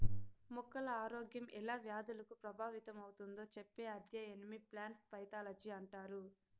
మొక్కల ఆరోగ్యం ఎలా వ్యాధులకు ప్రభావితమవుతుందో చెప్పే అధ్యయనమే ప్లాంట్ పైతాలజీ అంటారు